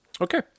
Okay